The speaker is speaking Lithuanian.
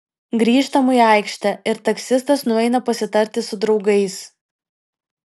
grįžtam į aikštę ir taksistas nueina pasitarti su draugais